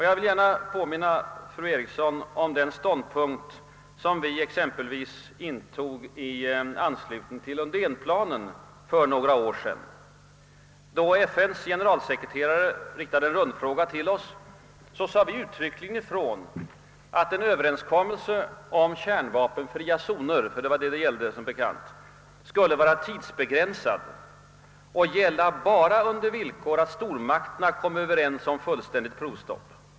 Jag vill gärna påminna fru Nancy Eriksson om den ståndpunkt, som vi exempelvis intog i anslutning till Undénplanen för några år sedan. Då FN:s generalsekreterare riktade en rundfråga till oss, sade vi uttryckligen ifrån att en överenskommelse om kärnvapenfria zoner — det var som bekant det som det gällde — skulle vara tidsbegränsad och gälla bara under villkor att stormakterna kom överens om fullständigt provstopp.